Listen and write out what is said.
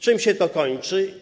Czym się to kończy?